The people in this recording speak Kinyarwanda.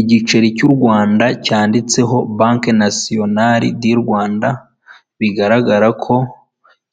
Igiceri cy'u Rwanda cyanditseho banke nasiyonari di Rwanda, bigaragara ko